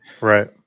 right